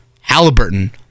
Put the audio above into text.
Halliburton